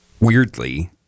weirdly